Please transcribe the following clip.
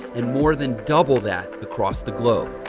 and more than double that across the globe.